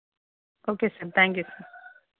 okay sir thank you sir